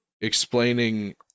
explaining